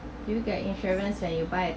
do you get insurance when you buy